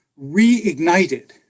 reignited